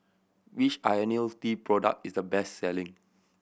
which Ionil T product is the best selling